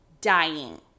dying